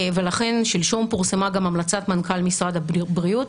ולכן שלשום פורסמה גם המלצת מנכ"ל משרד הבריאות